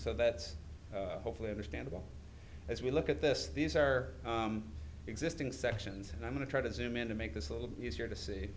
so that's hopefully understandable as we look at this these are existing sections and i'm going to try to zoom in to make this a little easier to see